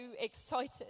excited